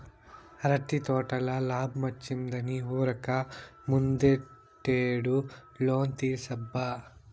అరటి తోటల లాబ్మొచ్చిందని ఉరక్క ముందటేడు లోను తీర్సబ్బా